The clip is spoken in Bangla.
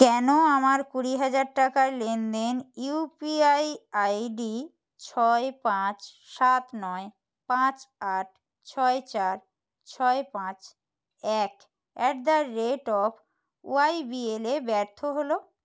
কেন আমার কুড়ি হাজার টাকার লেনদেন ইউপিআই আইডি ছয় পাঁচ সাত নয় পাঁচ আট ছয় চার ছয় পাঁচ এক অ্যাট দ্য রেট অফ ওয়াইবিএলে ব্যর্থ হলো